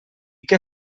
què